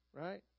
right